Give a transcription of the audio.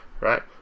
right